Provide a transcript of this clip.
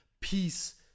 peace